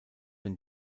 wenn